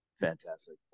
Fantastic